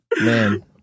Man